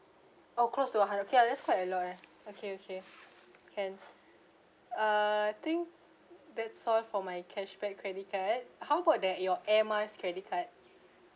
oh close to a hundred okay lah that's quite a lot ah okay okay can uh I think that's all for my cashback credit card how about that your air miles credit card